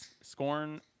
Scorn